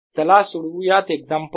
चला सोडवूयात एक्झाम्पल